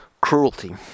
cruelty